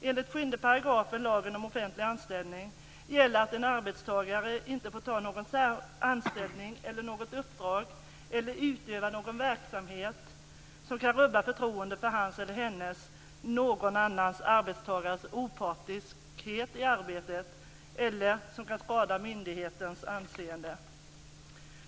Enligt 7 § Lagen om offentlig anställning gäller att en arbetstagare inte får ha anställning eller uppdrag eller utöva verksamhet som kan rubba förtroendet för hans, hennes eller någon annan arbetstagares opartiskhet i arbetet, eller som kan skada myndighetens anseende.